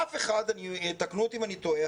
אף אחד יתקנו אותי אם אני טועה,